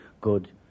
good